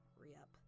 re-up